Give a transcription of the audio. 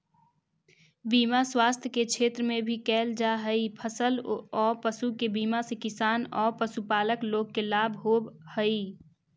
बीमा स्वास्थ्य के क्षेत्र में भी कैल जा हई, फसल औ पशु के बीमा से किसान औ पशुपालक लोग के लाभ होवऽ हई